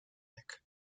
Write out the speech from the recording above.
weg